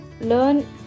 learn